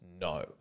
No